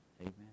Amen